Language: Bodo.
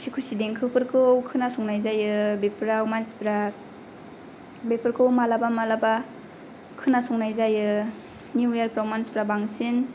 खुसि खुसि देखोफोरखौ खोनासंनाय जायो बेफ्राव मानसिफ्रा बेफोरखौ मालाबा मालाबा खोनासंनाय जायो न्युयियारखौ मानसिफ्रा बांसिन